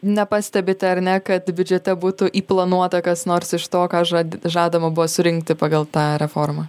nepastebit ar ne kad biudžete būtų įplanuota kas nors iš to ką žad žadama buvo surinkti pagal tą reformą